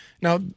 Now